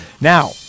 Now